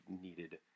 needed